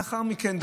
לאחר מכן,